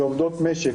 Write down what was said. כעובדות משק,